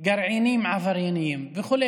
יש גרעינים עברייניים וכו'.